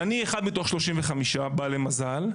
אני אחד מתוך 35 בעלי מזל.